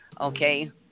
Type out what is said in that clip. Okay